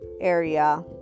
area